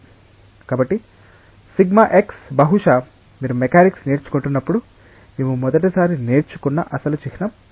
కాబట్టి σx బహుశా మీరు మెకానిక్స్ నేర్చుకుంటున్నప్పుడు మేము మొదటిసారి నేర్చుకున్న అసలు చిహ్నం ఇది